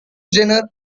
genre